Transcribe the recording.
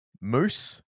Moose